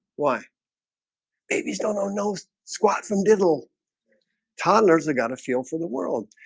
why babies don't know know squat from devil toddlers they got a feel for the world,